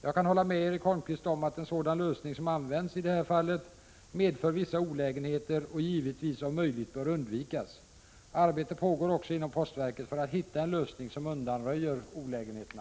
Jag kan hålla med Erik Holmkvist om att en sådan lösning som används i det här fallet medför vissa olägenheter och givetvis om möjligt bör undvikas. Arbete pågår också inom postverket för att hitta en lösning som undanröjer olägenheterna.